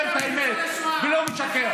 אומר את האמת ולא משקר.